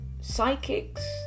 psychics